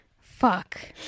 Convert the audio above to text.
Fuck